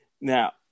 Now